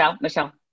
Michelle